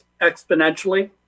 exponentially